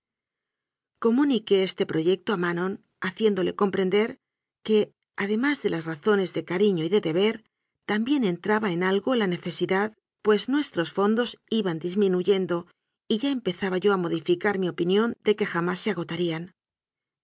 comuniqué este proyecto a manon ha ciéndole comprender que además de las razones de cariño y de deber también entraba en algo la ne cesidad pues nuestros fondos iban disminuyendo y ya empezaba yo a modificar mi opinión de que jamás se agotarían